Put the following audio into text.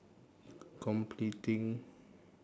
completing